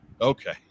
Okay